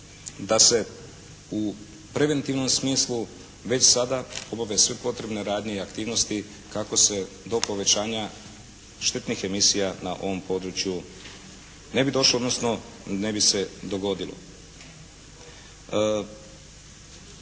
da se u preventivnom smislu već sada obave sve potrebne radnje i aktivnosti kako se do povećanja štetnih emisija na ovom području ne bi došlo, odnosno ne bi se dogodilo.